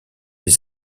les